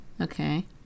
Okay